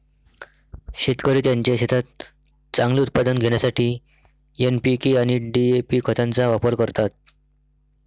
शेतकरी त्यांच्या शेतात चांगले उत्पादन घेण्यासाठी एन.पी.के आणि डी.ए.पी खतांचा वापर करतात